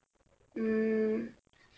um